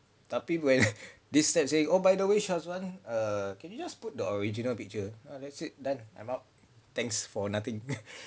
tapi when they start saying oh by the way shazwan err can you just put the original picture ah that's it done I'm out thanks for nothing